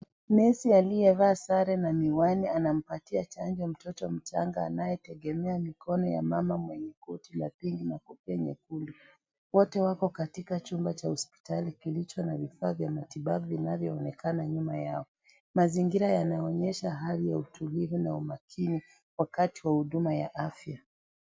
Nesi aliyevaa sare na miwani anampatia chanjo mtoto mchanga anayetegemea mkono wa mama mwenye koti ya pinki na kofia nyekundu wote wako katika chumba cha hospitali kilicho na vifaa vya matibabu inavyoonekana nyuma yao mazingira yanonyesha hali ya utulivu na umakini wakati wa huduma ya afya.